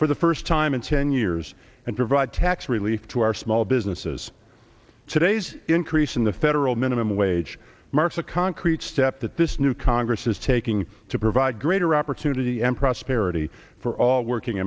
for the first time in ten years and provide tax relief to our small businesses today's increase in the federal minimum wage marks a concrete step that this new congress is taking to provide greater opportunity and prosperity for all working